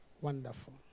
Wonderful